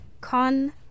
Con